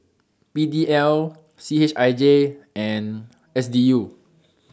PDL CHIJ and SDU